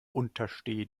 untersteh